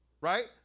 right